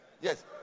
Yes